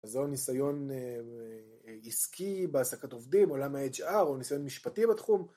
אז או ניסיון עסקי בהעסקת עובדים, עולם ה-HR, או ניסיון משפטי בתחום.